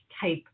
type